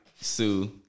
Sue